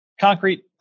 Concrete